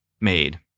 made